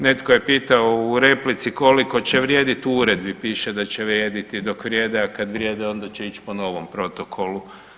Netko je pitao u replici koliko će vrijediti u uredbi piše da će vrijediti dok vrijede, a kad vrijede onda će ići po novom protokolu.